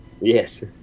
Yes